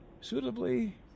suitably